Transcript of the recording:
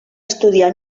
estudiar